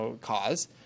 cause